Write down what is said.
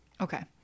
Okay